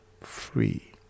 free